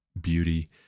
beauty